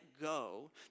go